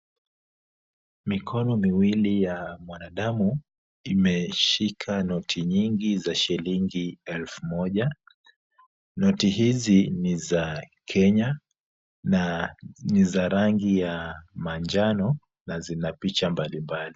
Mikono miwili ya mwanadamu imeshika noti nyingi za shilingi elfu moja. Noti hizi ni za Kenya na ni za rangi ya manjano na zina picha mbalimbali.